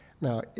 Now